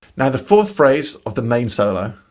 now the fourth phrase of the main solo.